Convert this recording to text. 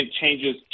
changes